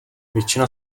většina